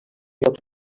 llocs